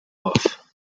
off